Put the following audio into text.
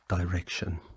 direction